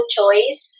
Choice